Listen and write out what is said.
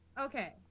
Okay